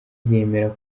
yemera